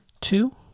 two